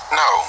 no